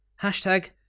hashtag